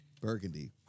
Burgundy